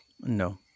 No